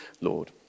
Lord